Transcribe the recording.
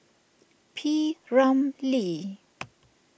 P Ramlee